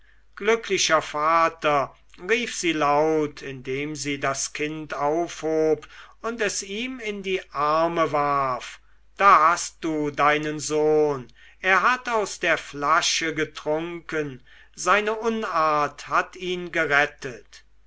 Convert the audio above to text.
glücklicher vater rief sie laut indem sie das kind aufhob und es ihm in die arme warf da hast du deinen sohn er hat aus der flasche getrunken seine unart hat ihn gerettet